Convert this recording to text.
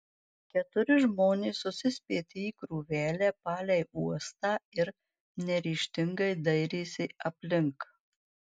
keturi žmonės susispietė į krūvelę palei uostą ir neryžtingai dairėsi aplink